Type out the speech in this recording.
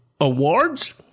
awards